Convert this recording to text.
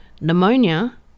Pneumonia